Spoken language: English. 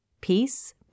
peace